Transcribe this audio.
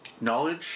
knowledge